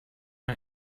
man